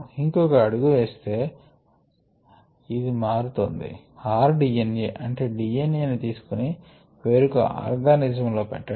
ఇంకొకఅడుగు వేస్తే ఇది మారుతొంది rDNA అంటే DNA ను తీసుకోని వేరొక ఆర్గానిజం లో పెట్టడం